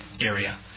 area